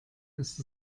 ist